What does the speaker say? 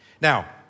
Now